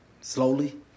Slowly